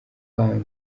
bank